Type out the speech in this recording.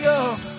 up